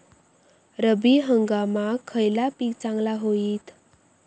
रब्बी हंगामाक खयला पीक चांगला होईत?